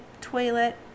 toilet